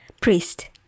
Priest